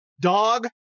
Dog